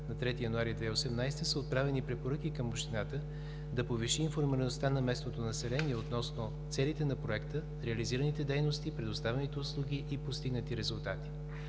на 3 януари 2018 г., са отправени препоръки към общината да повиши информираността на местното население относно целите на Проекта, реализираните дейности, предоставените услуги и постигнати резултати.